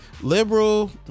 liberal